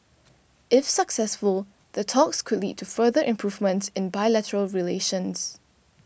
if successful the talks could lead to further improvements in bilateral relations